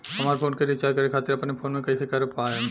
हमार फोन के रीचार्ज करे खातिर अपने फोन से कैसे कर पाएम?